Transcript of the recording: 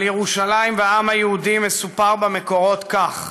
על ירושלים והעם היהודי מסופר במקורות כך: